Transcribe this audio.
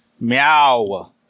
Meow